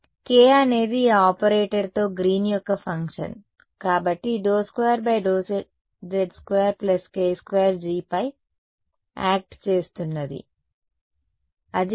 K అనేది ఈ ఆపరేటర్తో గ్రీన్ యొక్క ఫంక్షన్ కాబట్టి ∂2∂z2 k2 G పై యాక్ట్ చేస్తున్నది అది K